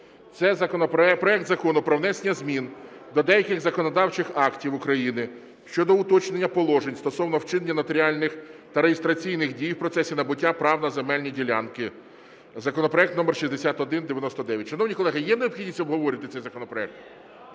це проект Закону про внесення змін до деяких законодавчих актів України щодо уточнення положень стосовно вчинення нотаріальних та реєстраційних дій в процесі набуття прав на земельні ділянки (законопроект № 6199). Шановні колеги, є необхідність обговорювати цей законопроект?